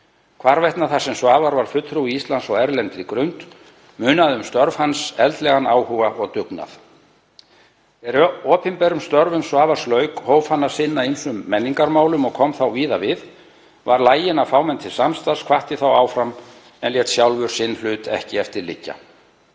Hvarvetna þar sem Svavar var fulltrúi Íslands á erlendri grund munaði um störf hans, eldlegan áhuga og dugnað. Er opinberum störfum Svavars lauk hóf hann að sinna ýmsum menningarmálefnum og kom þá víða við, var laginn að fá menn til samstarfs, hvatti þá áfram en lét sjálfur hlut sinn aldrei eftir liggja.